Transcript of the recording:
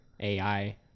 AI